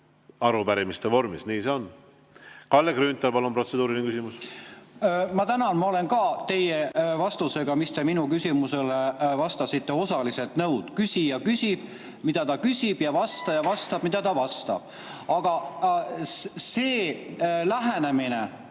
arupärimiste vormis. Nii see on. Kalle Grünthal, palun, protseduuriline küsimus! Ma tänan! Ma olen teie vastusega minu küsimusele osaliselt nõus. Küsija küsib, mida ta küsib, ja vastaja vastab, mida ta vastab. Aga selle lähenemisega,